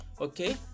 Okay